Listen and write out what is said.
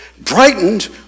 brightened